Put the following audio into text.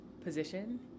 position